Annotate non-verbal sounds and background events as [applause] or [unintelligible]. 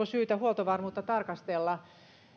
[unintelligible] syytä huoltovarmuutta tarkastella